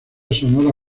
sonora